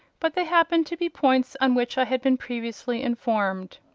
but they happened to be points on which i had been previously informed.